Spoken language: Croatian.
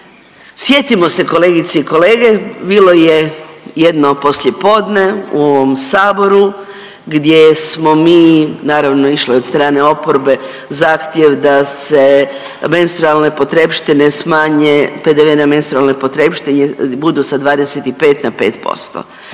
Sjetimo se kolegice i kolege bilo je jedno poslijepodne u ovom Saboru gdje smo mi naravno išli od strane oporbe zahtjev da se menstrualne potrepštine smanje, PDV na menstrualne potrepštine budu sa 25 na 5%.